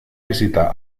visita